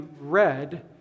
read